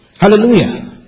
Hallelujah